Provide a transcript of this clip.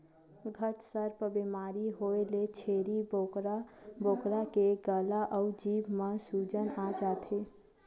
घटसर्प बेमारी होए ले छेरी बोकरा के गला अउ जीभ म सूजन आ जाथे